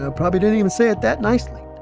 ah probably didn't even say it that nicely.